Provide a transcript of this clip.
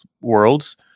worlds